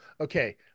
Okay